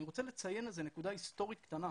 אני רוצה לציין נקודה היסטורית קטנה.